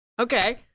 Okay